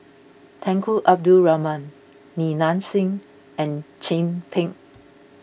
Tunku Abdul Rahman Li Nanxing and Chin Peng